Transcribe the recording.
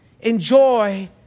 Enjoy